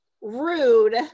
rude